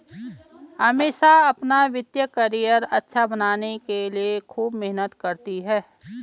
अमीषा अपना वित्तीय करियर अच्छा बनाने के लिए खूब मेहनत करती है